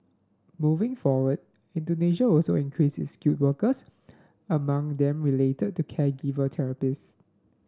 moving forward Indonesia also increase its skilled workers among them related to caregiver therapists